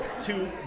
two